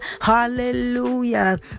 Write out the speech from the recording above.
Hallelujah